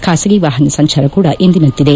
ಖಾಸಗಿ ವಾಹನ ಸಂಚಾರ ಕೂಡ ಎಂದಿನಂತಿದೆ